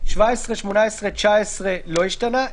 סעיפים (17), (18) ו-(19) לא השתנו.